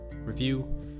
review